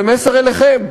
זה מסר אליכם: